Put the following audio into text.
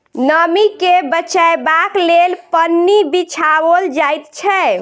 नमीं के बचयबाक लेल पन्नी बिछाओल जाइत छै